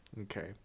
Okay